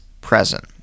present